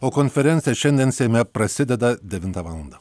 o konferencija šiandien seime prasideda devintą valandą